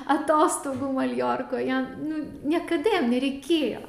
atostogų maljorkoje nu niekada jam nereikėjo